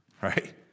right